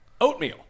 Oatmeal